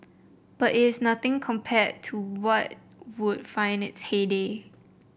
but it is nothing compared to what would find in its heyday